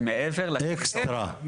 זה מעבר לטריטוריה.